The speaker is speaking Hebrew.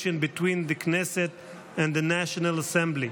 between the Knesset and the National Assembly.